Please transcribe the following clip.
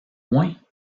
moins